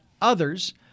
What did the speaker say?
Others